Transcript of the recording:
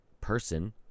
person